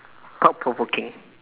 thought provoking